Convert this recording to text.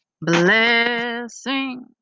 Blessing